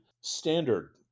standard